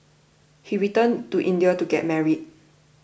he returned to India to get married